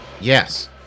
Yes